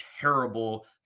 terrible